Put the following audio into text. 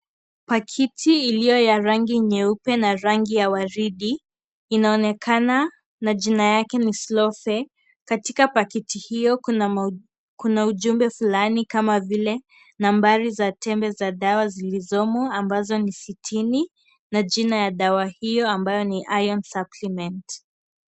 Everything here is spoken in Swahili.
Pakiti iliyo ya rangi nyeupe na rangi ya waridi, inaonekana na jina yake ni Slow Fe. Katika pakiti hiyo, kuna ujumbe fulani, kama vile, nambari za tembe za dawa zilizomo, ambazo ni sitini na jina ya dawa hiyo ambayo ni Iron Supliment.